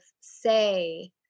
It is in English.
say